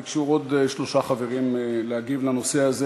ביקשו עוד שלושה חברים להגיב בנושא הזה.